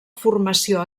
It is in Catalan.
formació